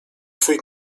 twój